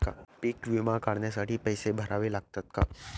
पीक विमा काढण्यासाठी पैसे भरावे लागतात का?